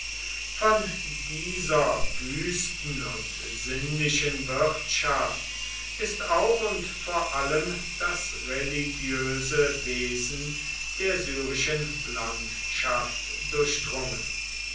von dieser wüsten und sinnlichen wirtschaft ist auch und vor allem das religiöse wesen der syrischen landschaft durchdrungen